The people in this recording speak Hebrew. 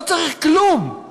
לא צריך כלום,